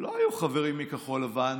לא היו חברים מכחול לבן